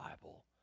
Bible